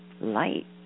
light